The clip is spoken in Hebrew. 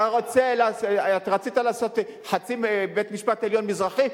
רצית לעשות חצי בית-משפט עליון מזרחי?